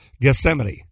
Gethsemane